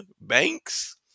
Banks